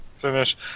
finish